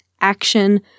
action